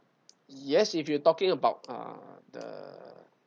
yes if you're talking about uh the